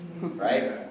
right